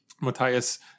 Matthias